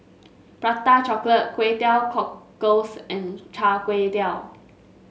Prata Chocolate Kway Teow Cockles and Char Kway Teow